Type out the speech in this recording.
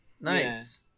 Nice